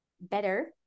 better